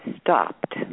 stopped